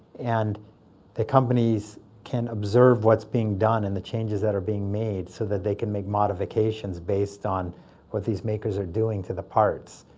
and the companies can observe what's being done and the changes that are being made so that they can make modifications based on what these makers are doing to the parts,